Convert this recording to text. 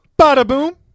Bada-boom